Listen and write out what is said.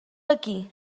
aquí